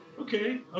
okay